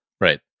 Right